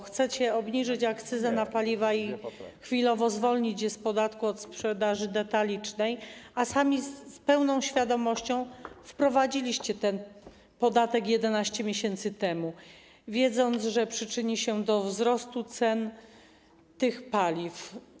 Chcecie obniżyć akcyzę na paliwa i chwilowo zwolnić je z podatku od sprzedaży detalicznej, a sami z pełną świadomością wprowadziliście ten podatek 11 miesięcy temu, wiedząc, że przyczyni się to do wzrostu cen tych paliw.